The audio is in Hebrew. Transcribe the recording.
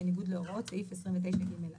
בניגוד להוראות סעיף 29(ג)(4).